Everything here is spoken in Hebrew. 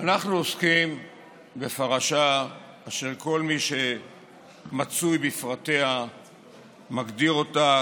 אנחנו עוסקים בפרשה אשר כל מי שמצוי בפרטיה מגדיר אותה